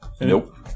Nope